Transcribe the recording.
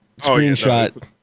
screenshot